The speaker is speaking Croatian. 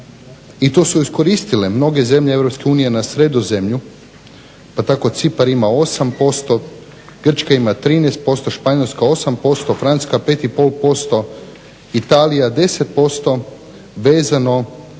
i to su iskoristile mnoge zemlje EU na Sredozemlju, pa tako Cipar ima 8%, Grčka ima 13%, Španjolska 8%, Francuska 5,5%, Italija 10% vezano